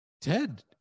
Ted